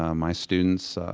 um my students,